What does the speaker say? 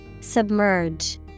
submerge